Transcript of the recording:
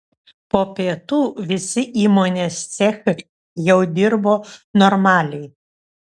po pietų visi įmonės cechai jau dirbo normaliai